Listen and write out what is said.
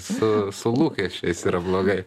su su lūkesčiais yra blogai